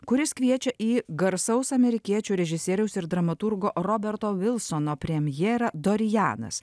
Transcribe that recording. kuris kviečia į garsaus amerikiečių režisieriaus ir dramaturgo roberto vilsono premjerą dorijanas